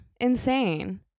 insane